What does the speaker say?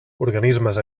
organismes